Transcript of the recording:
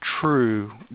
true